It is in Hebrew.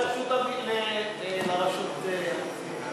לא, אני צריך ללכת לרשות המסים.